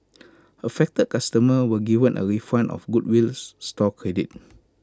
affected customer were given A refund and goodwill store credit